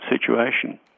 situation